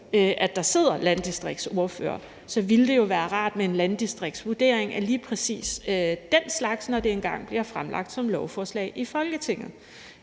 at der sidder landdistriktsordførere, ville det jo være rart med en landdistriktsvurdering af lige præcis den slags, når det engang bliver fremlagt som lovforslag i Folketinget.